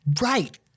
right